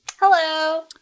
Hello